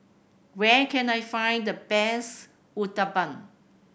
where can I find the best Uthapam